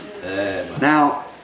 Now